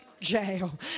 jail